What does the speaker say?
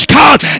God